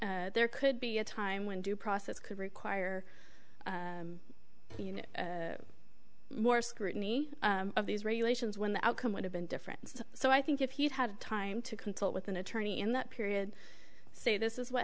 that there could be a time when due process could require you know more scrutiny of these regulations when the outcome would have been different so i think if you've had time to consult with an attorney in that period say this is what